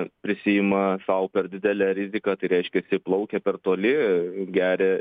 prisiima sau per didelę riziką tai reiškiasi plaukia per toli geria